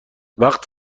وقت